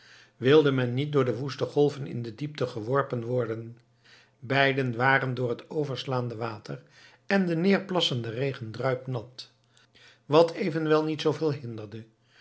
wilde men niet door de woeste golven in de diepte geworpen worden beiden waren door het overslaande water en den neerplassenden regen druipnat wat evenwel niet zooveel hinderde